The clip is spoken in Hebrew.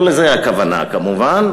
לא לזה הכוונה כמובן.